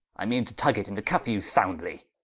i meane to tugge it, and to cuffe you soundly.